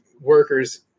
workers